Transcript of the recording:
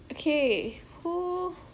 okay who